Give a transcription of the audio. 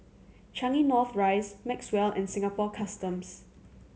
Changi North Rise Maxwell and Singapore Customs